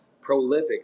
prolific